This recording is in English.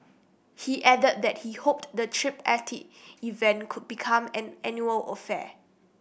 he added that he hoped the tripartite event could become an annual affair